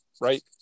Right